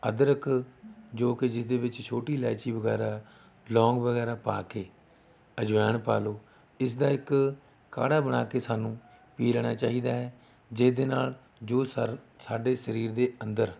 ਅਦਰਕ ਜੋ ਕਿ ਜਿਸ ਦੇ ਵਿੱਚ ਛੋਟੀ ਇਲਾਇਚੀ ਵਗੈਰਾ ਲੌਂਗ ਵਗੈਰਾ ਪਾ ਕੇ ਅਜਵੈਣ ਪਾ ਲਓ ਇਸ ਦਾ ਇੱਕ ਕਾੜ੍ਹਾ ਬਣਾ ਕੇ ਸਾਨੂੰ ਪੀ ਲੈਣਾ ਚਾਹੀਦਾ ਹੈ ਜਿਸ ਦੇ ਨਾਲ ਜੋ ਸਰ ਸਾਡੇ ਸਰੀਰ ਦੇ ਅੰਦਰ